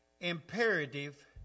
imperative